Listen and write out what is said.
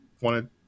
wanted